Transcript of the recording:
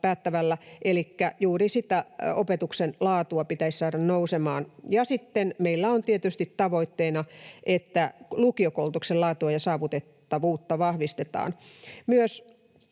päättävällä, elikkä juuri sitä opetuksen laatua pitäisi saada nousemaan. Sitten meillä on tietysti tavoitteena, että lukiokoulutuksen laatua ja saavutettavuutta vahvistetaan.